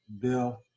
Bill